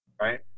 right